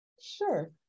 sure